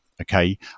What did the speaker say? Okay